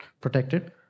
protected